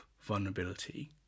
vulnerability